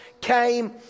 came